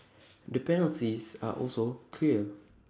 the penalties are also clear